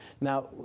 Now